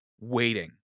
Waiting